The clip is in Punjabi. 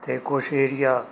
ਅਤੇ ਕੁਝ ਏਰੀਆ